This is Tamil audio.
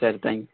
சரி தேங்க்யூ